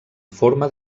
forma